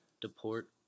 deport